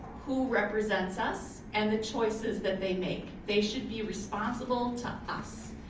who represents us and the choices that they make. they should be responsible to us,